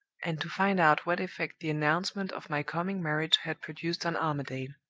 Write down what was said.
and to find out what effect the announcement of my coming marriage had produced on armadale.